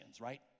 right